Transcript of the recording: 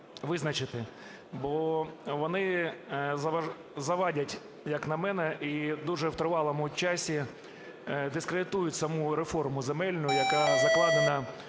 визначити, бо вони завадять, як на мене, і в дуже тривалому часі дискредитують саму реформу земельну, яка закладена